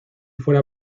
fuera